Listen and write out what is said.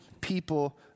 people